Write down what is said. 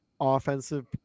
offensive